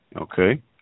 Okay